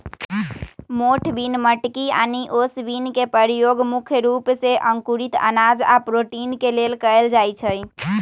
मोठ बिन मटकी आनि ओस बिन के परयोग मुख्य रूप से अंकुरित अनाज आ प्रोटीन के लेल कएल जाई छई